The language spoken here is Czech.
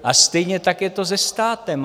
A stejně tak je to se státem.